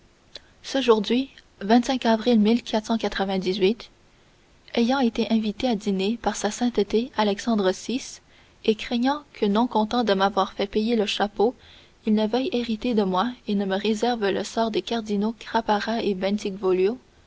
aujourd'hui avril ayant été invité à dîner par sa sainteté alexandre vi et craignant que non content de m'avoir fait payer le chapeau il ne veuille hériter de moi et ne me ré serve le sort des cardinaux crapara et